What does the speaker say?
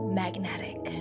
magnetic